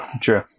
true